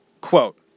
Quote